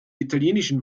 italienischen